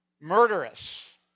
murderous